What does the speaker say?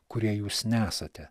kurie jūs nesate